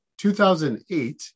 2008